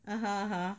(uh huh) (uh huh)